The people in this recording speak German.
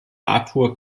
arthur